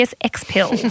X-Pill